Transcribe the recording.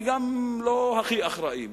וגם לא הכי אחראיים,